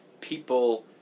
people